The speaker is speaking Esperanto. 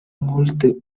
multe